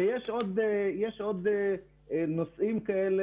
יש עוד נושאים כאלה